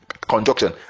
conjunction